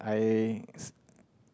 I